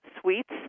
suites